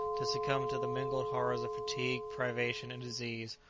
to succumb to the mingled horrors of fatigue, privation, and disease,